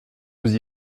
vous